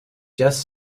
just